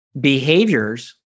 behaviors